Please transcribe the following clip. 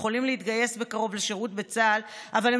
יכולים להתגייס בקרוב לשירות בצה"ל אבל הם